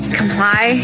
comply